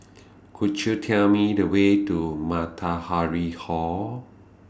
Could YOU Tell Me The Way to Matahari Hall